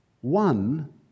one